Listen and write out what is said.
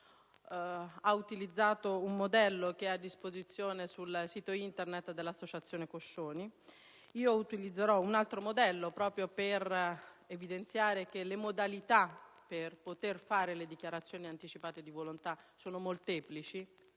ha utilizzato un modello che è a disposizione sul sito Internet dell'Associazione Luca Coscioni. Io utilizzerò un altro modello - proprio per evidenziare che le modalità per fare le dichiarazioni anticipate di volontà sono attualmente